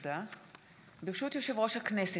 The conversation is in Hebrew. ברשות יושב-ראש הכנסת,